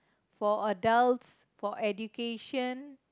for adults for education